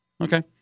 Okay